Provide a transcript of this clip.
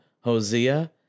Hosea